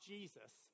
Jesus